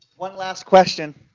one last question.